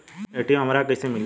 ATM हमरा के कइसे मिली?